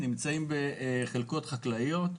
נמצאים בחלקות חקלאיות.